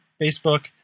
Facebook